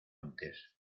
antes